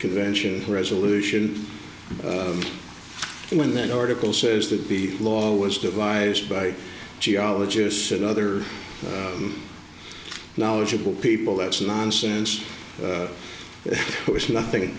convention resolution and when that article says that the law was devised by geologists and other knowledgeable people that's nonsense that it was nothing